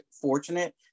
fortunate